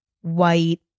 white